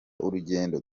urugendo